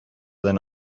than